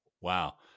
wow